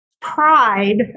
pride